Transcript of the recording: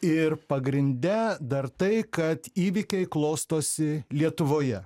ir pagrinde dar tai kad įvykiai klostosi lietuvoje